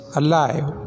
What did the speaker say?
alive